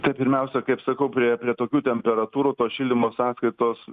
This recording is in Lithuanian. tai pirmiausia kaip sakau prie prie tokių temperatūrų tos šildymo sąskaitos